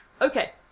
Okay